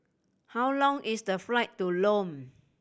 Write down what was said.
how long is the flight to Lome